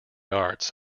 arts